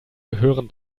gehören